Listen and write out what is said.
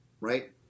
Right